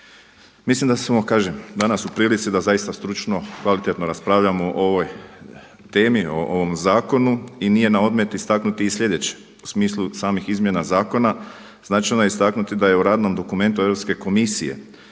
Mislim da smo kažem danas u prilici da zaista stručno, kvalitetno raspravljamo o ovoj temi, o ovom zakonu i nije na odmet istaknuti i slijedeće, u smislu samih izmjena zakona značajno je istaknuti da je u radnom dokumentu Europske komisije